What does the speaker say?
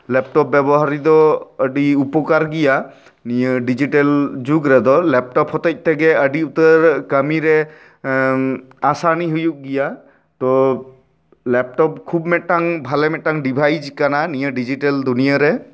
laptop ᱵᱮᱵᱚᱦᱟᱨ ᱨᱮᱫᱚ ᱟᱹᱰᱤ ᱩᱯᱚᱠᱟᱨ ᱜᱮᱭᱟ ᱱᱤᱭᱟᱹ ᱰᱤᱡᱤᱴᱟᱞ ᱡᱩᱜ ᱨᱮᱫᱚ ᱞᱮᱯᱴᱚᱯ ᱦᱚᱛᱮᱡ ᱛᱮᱜᱮ ᱟᱹᱰᱤ ᱩᱛᱟᱹᱨ ᱠᱟᱹᱢᱤᱨᱮ ᱟᱥᱟᱱᱤ ᱦᱩᱭᱩᱜ ᱜᱮᱭᱟ ᱛᱳ ᱞᱮᱯᱴᱚᱯ ᱠᱷᱩᱵ ᱢᱤᱫᱴᱟᱝ ᱵᱷᱟᱞᱮ ᱢᱤᱫᱴᱟᱝ ᱰᱤᱵᱷᱟᱭᱤᱡ ᱠᱟᱱᱟ ᱱᱤᱭᱟᱹ ᱰᱤᱡᱤᱴᱮᱞ ᱫᱩᱱᱭᱟᱹ ᱨᱮ